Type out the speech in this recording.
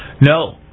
No